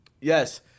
Yes